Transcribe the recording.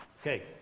okay